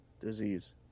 Disease